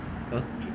okay